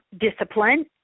discipline